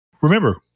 remember